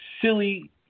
Silly